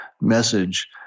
message